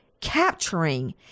capturing